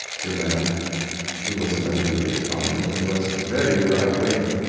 to a man who was a member of the british parliament and was very right-wing,